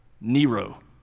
Nero